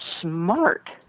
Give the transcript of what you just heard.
smart